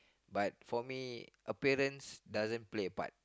but for me appearance doesn't play a part